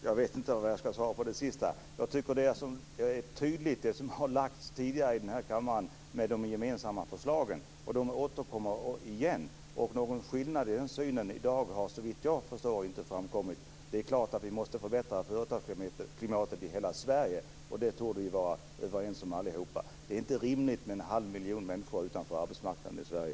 Fru talman! Dessa tydliga gemensamma förslag har tidigare lagts fram i kammaren, och de kommer att föras fram igen. Såvitt jag förstår har det i dag inte kommit fram någon avvikande syn på detta. Det är klart att vi måste förbättra företagsklimatet i hela Sverige. Vi torde allihop vara överens om detta. Det är inte rimligt att en halv miljon människor står utanför arbetsmarknaden i Sverige.